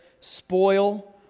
spoil